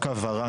רק הבהרה,